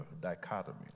dichotomy